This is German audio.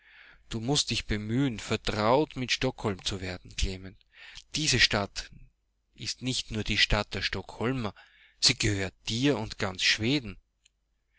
du mußt dich bemühen vertraut mit stockholm zu werden klement diese stadt ist nicht nur die stadt der stockholmer siegehörtdirundganzschweden undwenndudannvonstockholmliest klement sodenkedaran